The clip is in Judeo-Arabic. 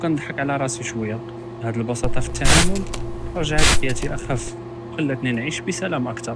כִנְדַחַּק עלא יאסִי שוויה, האד אלבסקה פִי תַעַאם רָגְעַת חייאתי אחקּף ו רָגְעַתני נַעִיש בִּסלאם אכתר.